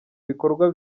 bikorwa